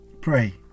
Pray